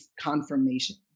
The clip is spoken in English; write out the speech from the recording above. confirmation